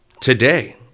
today